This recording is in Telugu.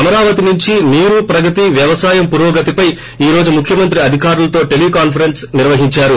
అమరావతి నుంచి నీరు ప్రగతి వ్యవసాయం పురోగతిపై ఈ రోజు ముఖ్యమంత్రి అధికారులతో టెలికాన్సరెస్స్ నిర్వహించారు